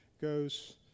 goes